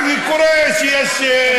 קורה שיש,